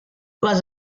les